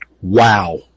Wow